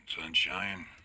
sunshine